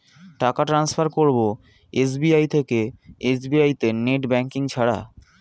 টাকা টান্সফার করব এস.বি.আই থেকে এস.বি.আই তে নেট ব্যাঙ্কিং ছাড়া?